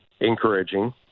encouraging